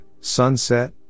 sunset